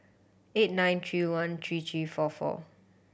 eight nine three one three three four four